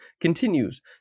continues